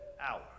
hour